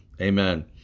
Amen